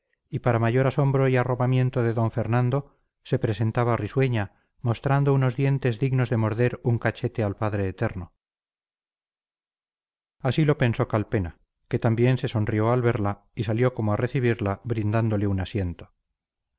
y para mayor asombro y arrobamiento de d fernando se presentaba risueña mostrando unos dientes dignos de morder un cachete al padre eterno así lo pensó calpena que también se sonrió al verla y salió como a recibirla brindándole un asiento